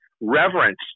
reverence